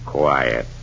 quiet